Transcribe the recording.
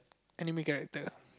anime character